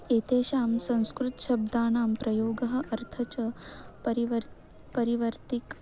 एतेषां संस्कृतशब्दानां प्रयोगः अर्थः च परिवर् परिवर्तितं